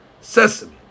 sesame